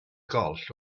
goll